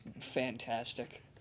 fantastic